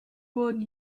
wurden